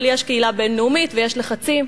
אבל יש קהילה בין-לאומית ויש לחצים.